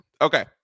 Okay